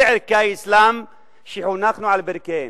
אלה ערכי האסלאם שחונכנו על ברכיהם.